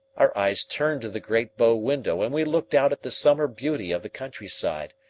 our eyes turned to the great bow-window and we looked out at the summer beauty of the country-side,